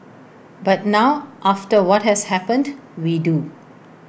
but now after what has happened we do